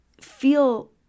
feel